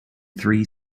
three